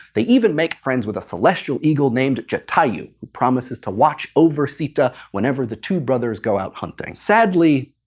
they even make friends with a celestial eagle named jatayu. who promises to watch over sita, whenever the two brothers go out hunting. sadly,